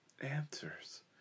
answers